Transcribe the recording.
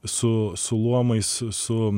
su su luomais su